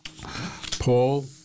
Paul